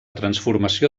transformació